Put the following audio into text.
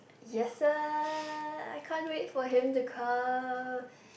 I can't wait for him to come